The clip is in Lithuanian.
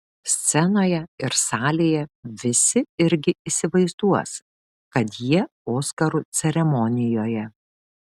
scenoje ir salėje visi irgi įsivaizduos kad jie oskarų ceremonijoje